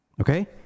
Okay